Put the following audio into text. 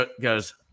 goes